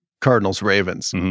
Cardinals-Ravens